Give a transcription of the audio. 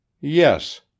Yes